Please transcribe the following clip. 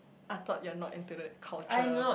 I thought you're not into the culture